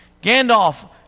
Gandalf